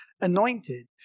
anointed